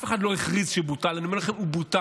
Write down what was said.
אף אחד לא הכריז שבוטל, אני אומר לכם, הוא בוטל.